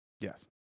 Yes